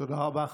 תודה רבה.